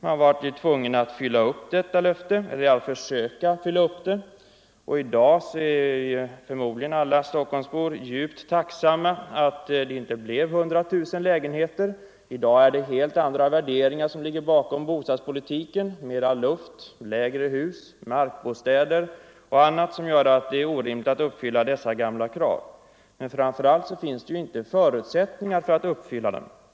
Man blev tvungen att försöka uppfylla detta löfte. I dag är förmodligen alla Stockholmsbor djupt tacksamma för att det inte blev lägenheter byggda för 100 000 människor. I dag har vi helt andra värderingar bakom bostadspolitiken — mera luft, lägre hus, markbostäder — som gör det omöjligt att uppfylla dessa gamla krav. Men framför allt har vi inte förutsättningar att uppfylla dem.